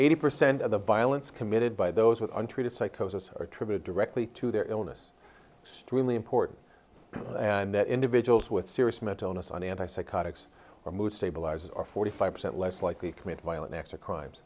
eighty percent of the violence committed by those with untreated psychosis or attribute directly to their illness extremely important and that individuals with serious mental illness on anti psychotics or mood stabilizers are forty five percent less likely to commit violent acts or crimes